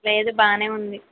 లేదు బాగానే ఉంది